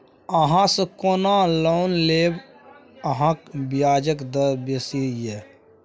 अहाँसँ कोना लोन लेब अहाँक ब्याजे दर बेसी यै